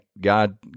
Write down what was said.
God